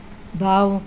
বাঁও